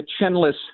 chinless